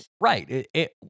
Right